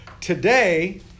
today